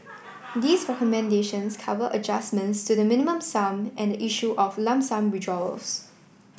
these recommendations cover adjustments to the Minimum Sum and the issue of lump sum withdrawals